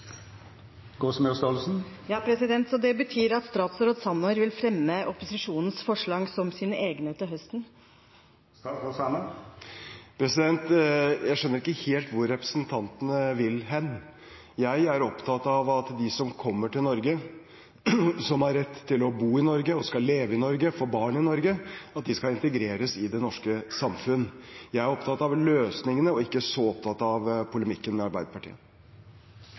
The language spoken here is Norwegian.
Så det betyr at statsråd Sanner vil fremme opposisjonens forslag som sine egne til høsten? Jeg skjønner ikke helt hvor representanten vil hen. Jeg er opptatt av at de som kommer til Norge, som har rett til å bo i Norge, og som skal leve i Norge og få barn i Norge, skal integreres i det norske samfunn. Jeg er opptatt av løsningene og ikke så opptatt av polemikken med Arbeiderpartiet.